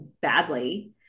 badly